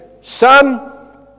Son